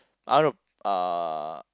I want to uh